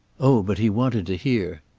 oh but he wanted to hear.